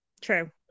True